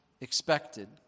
expected